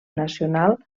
nacional